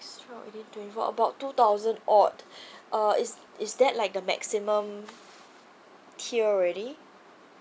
about two thousand odd uh is is that like the maximum tier already